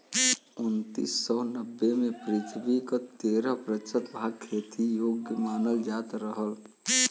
उन्नीस सौ नब्बे में पृथ्वी क तेरह प्रतिशत भाग खेती योग्य मानल जात रहल